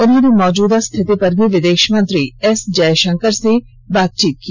उन्होंने मौजुदा स्थिति पर भी विदेश मंत्री एस जयशंकर से भी बात की